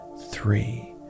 three